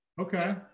okay